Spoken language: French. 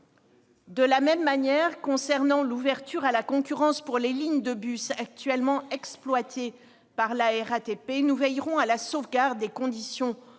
De la même manière, s'agissant de l'ouverture à la concurrence des lignes de bus actuellement exploitées par la RATP, nous veillerons à la sauvegarde des conditions d'emploi des